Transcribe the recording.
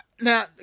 Now